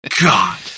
god